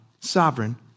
sovereign